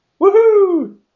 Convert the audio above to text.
Woohoo